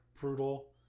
brutal